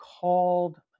called